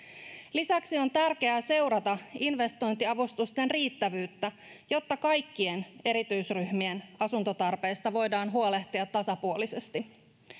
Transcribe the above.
lisäksi on tärkeää seurata investointiavustusten riittävyyttä jotta kaikkien erityisryhmien asuntotarpeista voidaan huolehtia tasapuolisesti